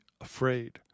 afraid